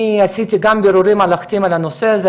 אני עשיתי גם בירורים הלכתיים על הנושא הזה,